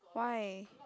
why